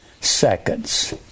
seconds